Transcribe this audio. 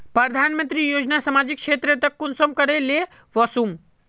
प्रधानमंत्री योजना सामाजिक क्षेत्र तक कुंसम करे ले वसुम?